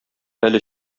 әле